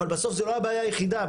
אבל בסוף זו לא הבעיה היחידה,